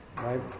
right